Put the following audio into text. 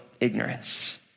Ignorance